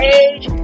age